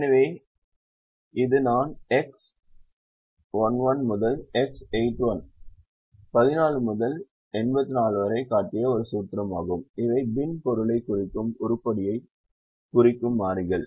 எனவே இது நான் X11 முதல் X81 14 முதல் X84 வரை காட்டிய ஒரு சூத்திரமாகும் இவை பின் பொருளைக் குறிக்கும் உருப்படியைக் குறிக்கும் மாறிகள்